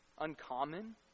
uncommon